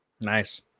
nice